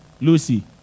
Lucy